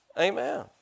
Amen